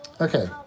Okay